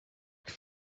like